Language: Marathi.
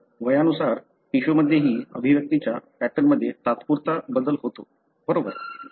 तर वयानुसार टिश्यूमध्येही अभिव्यक्तीच्या पॅटर्नमध्ये तात्पुरता बदल होतो बरोबर